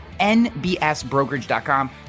nbsbrokerage.com